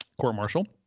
court-martial